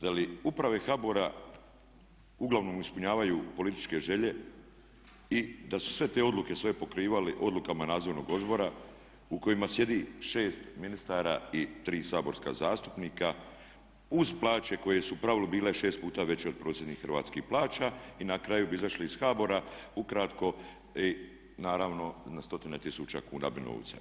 Da li uprave HBOR-a uglavnom ispunjavaju političke želje i da su sve te odluke svoje pokrivali odlukama nadzornog odbora u kojima sjedi šest ministara i tri saborska zastupnika uz plaće koje su u pravilu bile šest puta veće od prosječnih hrvatskih plaća i na kraju bi izašli iz HBOR-a, ukratko naravno na stotine tisuća kuna novca.